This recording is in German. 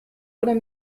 oder